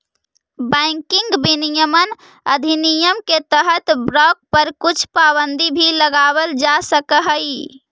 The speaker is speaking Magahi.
बैंकिंग विनियमन अधिनियम के तहत बाँक पर कुछ पाबंदी भी लगावल जा सकऽ हइ